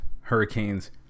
hurricanes